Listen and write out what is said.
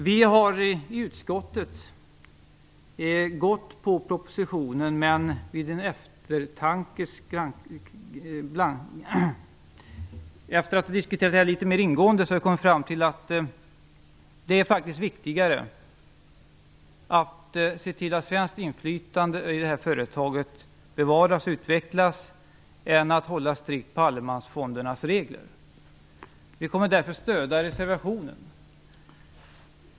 Vi har i utskottet stött propositionen, men efter att ha diskuterat frågan litet mer ingående har vi kommit fram till att det faktiskt är viktigare att se till att det svenska inflytandet i företaget bevaras och utvecklas än att hålla strikt på allemansfondernas regler. Vi kommer därför att stöda reservationen.